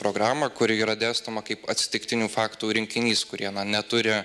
programą kuri yra dėstoma kaip atsitiktinių faktų rinkinys kurie na neturi